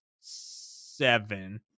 seven